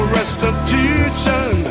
restitution